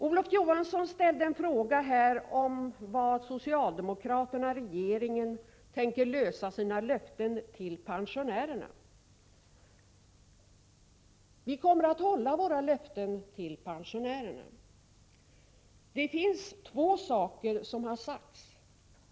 Olof Johansson ställde en fråga om hur socialdemokraterna och regeringen tänker infria sina löften till pensionärerna. Vi kommer att hålla våra löften till pensionärerna. Två saker har sagts.